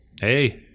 hey